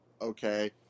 okay